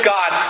God